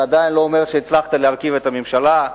זה עדיין לא אומר שהצלחת להרכיב את הממשלה.